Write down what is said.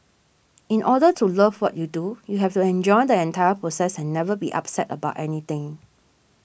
in order to love what you do you have to enjoy the entire process and never be upset about anything